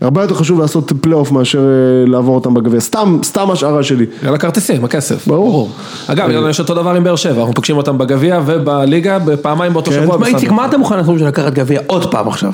הרבה יותר חשוב לעשות פלייאוף מאשר לעבור אותם בגביע. סתם, סתם השערה שלי. על הכרטיסים, הכסף? ברור. אגב, איתנו יש אותו דבר עם באר שבע, אנחנו פוגשים אותם בגביע ובליגה בפעמיים באותו שבוע. תשמע, איציק, מה אתה מוכן לעזור לי לקחת את גביע עוד פעם עכשיו?